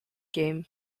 game